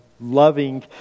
loving